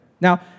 Now